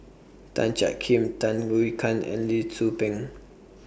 Tan Jiak Kim Tham Yui Kan and Lee Tzu Pheng